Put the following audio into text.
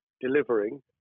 delivering